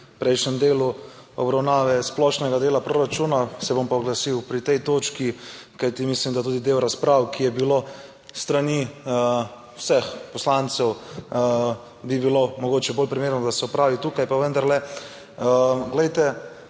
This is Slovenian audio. prejšnjem delu obravnave splošnega dela proračuna, se bom pa oglasil pri tej točki, kajti mislim, da tudi del razprave, ki je bilo s strani vseh poslancev, bi bilo mogoče bolj primerno, da se opravi tukaj. Pa vendarle, glejte,